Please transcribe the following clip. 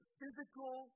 physical